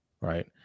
right